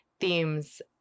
themes